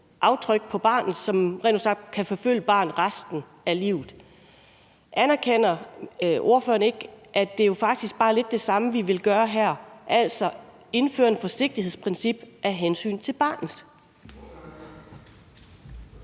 aftryk på barnet, og som rent ud sagt kan forfølge barnet resten af livet. Anerkender ordføreren ikke, at det faktisk bare lidt er det samme, vi vil gøre her, altså at vi vil indføre et forsigtighedsprincip af hensyn til barnet?